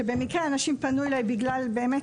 שבמקרה אנשים פנו אליי בגלל באמת,